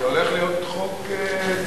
זה הולך להיות חוק תאגידי.